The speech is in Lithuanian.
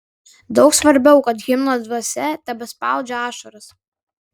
daug svarbiau kad himno dvasia tebespaudžia ašaras